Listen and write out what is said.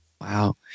Wow